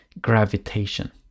gravitation